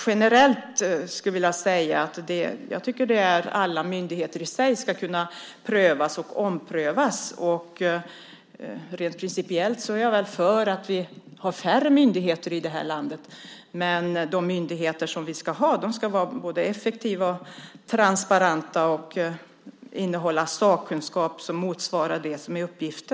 Generellt skulle jag vilja säga att jag tycker att alla myndigheter ska kunna prövas och omprövas. Rent principiellt är jag för att vi har färre myndigheter i det här landet, men de myndigheter som vi ska ha ska vara effektiva, transparenta och innehålla sakkunskap som motsvarar deras uppgift.